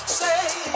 say